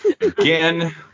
Again